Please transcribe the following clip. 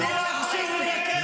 טרוריסטים.